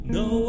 no